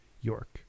York